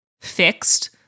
fixed